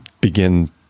begin